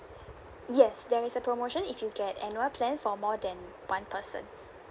yes there is a promotion if you get annual plan for more than one person